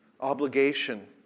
obligation